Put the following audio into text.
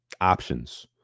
options